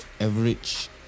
average